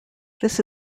this